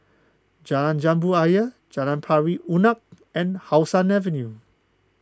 Jalan Jambu Ayer Jalan Pari Unak and How Sun Avenue